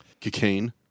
Cocaine